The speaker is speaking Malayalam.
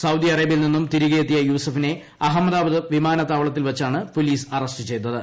സൌദി അറേബ്യയിൽ നിന്നും തിരികെ എത്തിയ യൂസഫിനെ അഹമ്മദാബാദ് വിമാനത്താവളത്തിൽ വച്ചാണ് പൊലീസ് അറസ്റ്റ് ചെയ്തത്